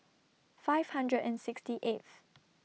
five hundred and sixty eighth